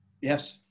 Yes